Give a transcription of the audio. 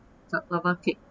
choc~ lava cake